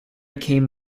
came